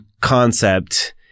concept